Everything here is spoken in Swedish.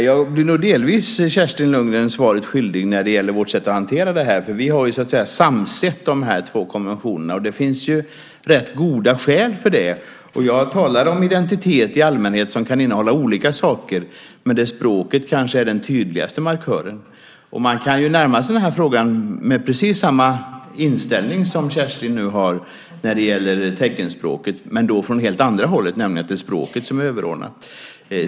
Herr talman! Jag blir Kerstin Lundgren delvis svaret skyldig när det gäller vårt sätt att hantera detta. Vi har så att säga samsett de två konventionerna, vilket det ju finns rätt goda skäl för. Jag talar om identitet i allmänhet. Den kan innehålla olika saker, men språket är kanske den tydligaste markören. Man kan närma sig den frågan med samma inställning som Kerstin nu har beträffande teckenspråket, men då från ett helt annat håll, nämligen att det är språket som är överordnat.